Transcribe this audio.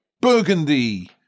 Burgundy